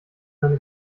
seine